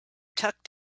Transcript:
tucked